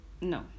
no